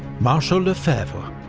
marshal lefebvre